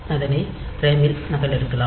அதனை ரேமில் நகலெடுக்கலாம்